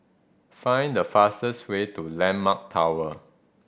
find the fastest way to Landmark Tower